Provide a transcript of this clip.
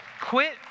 Quit